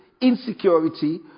insecurity